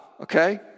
okay